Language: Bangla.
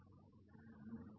তো OpenSSL কী